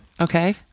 okay